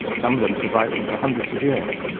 some of them surviving for hundreds of years.